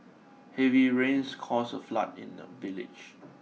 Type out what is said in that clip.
heavy rains caused a flood in the village